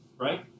Right